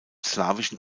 slawischen